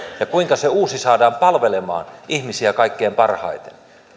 ja kuinka se uusi saadaan palvelemaan ihmisiä kaikkein parhaiten